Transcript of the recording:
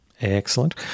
Excellent